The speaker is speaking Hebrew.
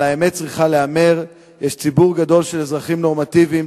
אבל האמת צריכה להיאמר: יש ציבור גדול של אזרחים נורמטיבים,